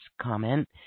comment